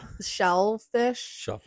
Shellfish